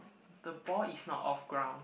the ball is not off ground